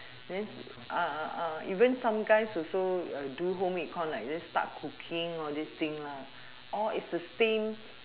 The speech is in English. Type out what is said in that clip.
this even some guys also do home econ like just start cooking all this thing lah all it's the same